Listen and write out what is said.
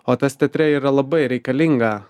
o tas teatre yra labai reikalinga